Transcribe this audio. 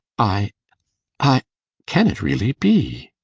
i i can it really be?